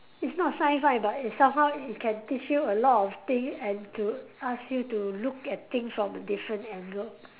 it's not sci-fi but it somehow it can teach you a lot of thing and to ask you to look at thing from a different angle